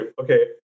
okay